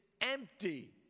empty